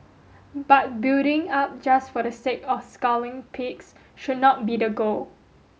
but building up just for the sake of scaling peaks should not be the goal